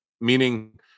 Meaning